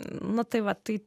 nu tai va tai